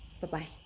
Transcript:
Bye-bye